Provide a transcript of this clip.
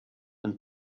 and